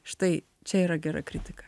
štai čia yra gera kritika